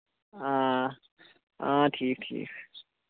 آ آ ٹھیٖک ٹھیٖک